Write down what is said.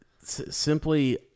Simply